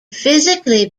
physically